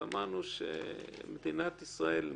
אמרנו שמדינת ישראל,